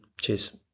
Cheers